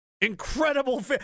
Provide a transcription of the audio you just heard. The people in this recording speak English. incredible